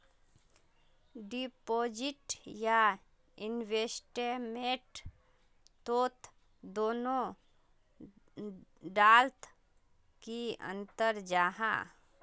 Deposit या investment तोत दोनों डात की अंतर जाहा?